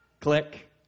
Click